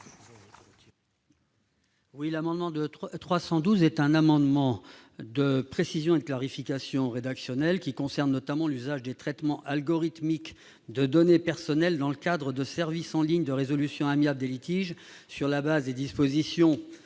Il s'agit d'un amendement de précision et de clarification rédactionnelle, concernant notamment l'usage des traitements algorithmiques de données personnelles dans le cadre des services en ligne de résolution amiable des litiges, sur la base des dispositions